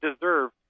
deserve